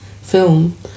film